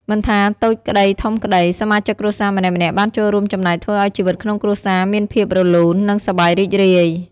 មិនថាតូចក្តីធំក្តី សមាជិកគ្រួសារម្នាក់ៗបានចូលរួមចំណែកធ្វើឲ្យជីវិតក្នុងគ្រួសារមានភាពរលូន និងសប្បាយរីករាយ។